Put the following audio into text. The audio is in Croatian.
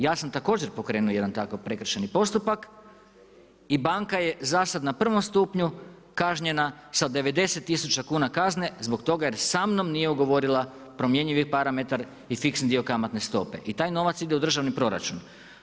Ja sam također pokrenuo jedan takav prekršajni postupak i banka je zada na prvom stupnju kažnjena sa 90 000 kuna kazne zbog toga jer sa mnom nije ugovorila promjenjivi parametar i fiksni dio kamatne stope i taj novac ide u državni proračun.